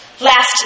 Last